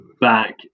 back